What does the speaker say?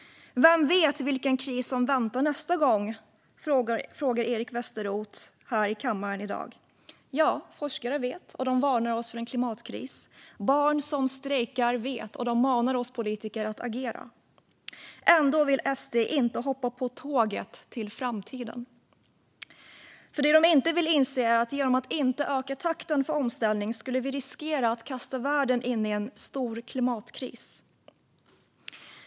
Vem vet vilken kris som väntar nästa gång? frågar Eric Westroth här i kammaren i dag. Ja, forskare vet, och de varnar oss för en klimatkris. Barn som strejkar vet, och de manar oss politiker att agera. Ändå vill SD inte hoppa på tåget till framtiden. Det de inte vill inse är att vi genom att inte öka takten i omställningen skulle riskera att kasta världen in i en stor klimatkris.